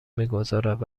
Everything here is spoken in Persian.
میگذارد